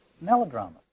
melodrama